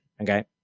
Okay